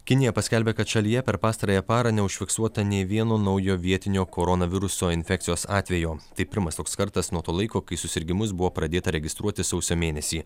kinija paskelbė kad šalyje per pastarąją parą neužfiksuota nei vieno naujo vietinio koronaviruso infekcijos atvejo tai pirmas toks kartas nuo to laiko kai susirgimus buvo pradėta registruoti sausio mėnesį